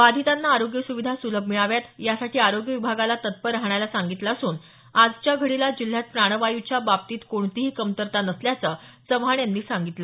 बाधितांना आरोग्य सुविधा सूलभ मिळाव्यात यासाठी आरोग्य विभागाला तत्पर राहण्याला सांगितलं असून आजच्या घडीला जिल्ह्यात प्राणवायूच्या बाबतीत कोणतीही कमतरता नसल्याचं चव्हाण यांनी सांगितलं